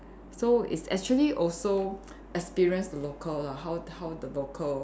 so it's actually also experience the local lah how how the local